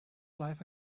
life